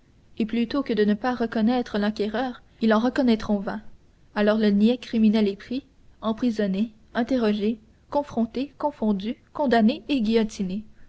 et plutôt que de ne pas reconnaître l'acquéreur ils en reconnaîtront vingt alors le niais criminel est pris emprisonné interrogé confronté confondu condamné et guillotiné